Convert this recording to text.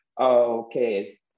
Okay